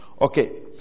Okay